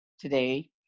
today